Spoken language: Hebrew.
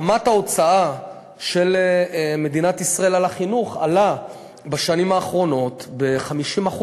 רמת ההוצאה של מדינת ישראל על החינוך עלתה בשנים האחרונות ב-50%.